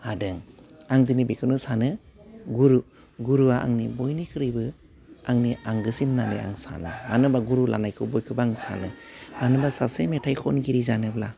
हादों आं दिनै बेखौनो सानो गुरु गुरआ आंनि बयनिख्रुइबो आंनि आंगोसिन होननानै आं साना मानो होनबा गुरु लानायखौ बयखौबो आं सानो मानो होनबा सासे मेथाइ खनगिरि जानोब्ला